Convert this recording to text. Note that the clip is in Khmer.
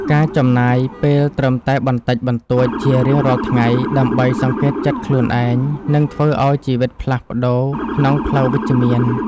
ការចំណាយពេលត្រឹមតែបន្តិចបន្តួចជារៀងរាល់ថ្ងៃដើម្បីសង្កេតចិត្តខ្លួនឯងនឹងធ្វើឱ្យជីវិតផ្លាស់ប្តូរក្នុងផ្លូវវិជ្ជមាន។